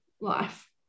life